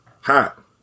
Hot